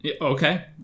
okay